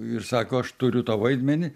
ir sako aš turiu tau vaidmenį